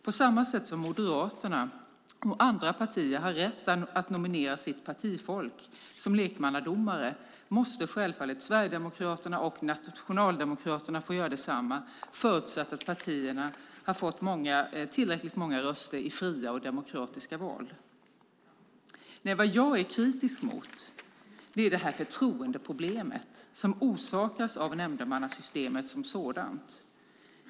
På samma sätt som Moderaterna och andra partier har rätt att nominera sitt partifolk som lekmannadomare måste självfallet Sverigedemokraterna och Nationaldemokraterna få göra detsamma, förutsatt att partierna har fått tillräckligt många röster i fria och demokratiska val. Vad jag är kritisk mot är det förtroendeproblem som orsakas av nämndemannasystemet som sådant.